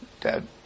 Dad